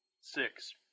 six